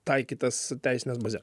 taikytas teisines bazes